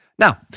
Now